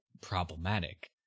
problematic